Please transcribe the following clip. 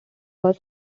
was